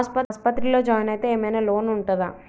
ఆస్పత్రి లో జాయిన్ అయితే ఏం ఐనా లోన్ ఉంటదా?